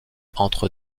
entre